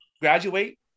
graduate